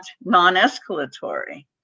non-escalatory